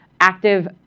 active